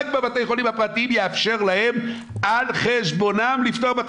בבתי החולים הפרטיים ויאפשר להם על חשבונם לפתוח.